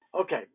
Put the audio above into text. Okay